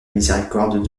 miséricorde